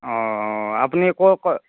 আপুনি ক' ক'